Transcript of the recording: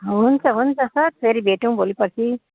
हुन्छ हुन्छ सर फेरि भेटौँ भोलि पर्सी